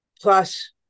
Plus